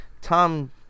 Tom